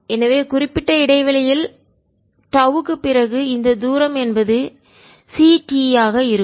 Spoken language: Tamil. எனவேகுறிப்பிட்ட இடைவெளியில் டோவ் க்கு பிறகு இந்த தூரம் என்பது c t ஆக இருக்கும்